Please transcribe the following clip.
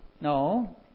No